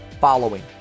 following